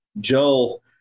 Joel